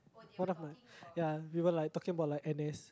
one of my yeah we were like talking about like N_S